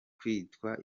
kwitwa